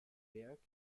werk